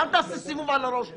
תעשה סיבוב על הראש שלי.